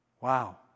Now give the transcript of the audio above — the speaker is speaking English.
Wow